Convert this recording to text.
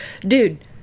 dude